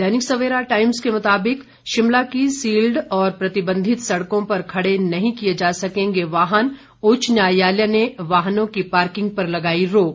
दैनिक Savera Times के मुताबिक शिमला की सील्ड और प्रतिबंधित सड़कों पर खड़े नहीं किए जा सकेंगे वाहन उच्च न्यायालय ने वाहनों की पार्किंग पर लगाई रोक